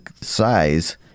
size